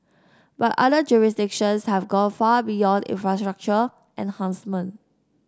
but other jurisdictions have gone far beyond infrastructure enhancements